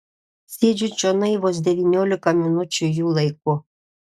sėdžiu čionai vos devyniolika minučių jų laiku